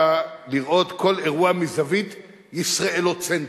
לראות כל אירוע מזווית ישראלו-צנטרית,